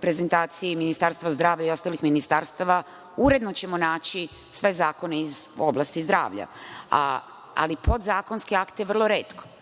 prezentaciji Ministarstva zdravlja i ostalih ministarstava uredno ćemo naći sve zakone iz oblasti zdravlja, ali podzakonske akte vrlo retko.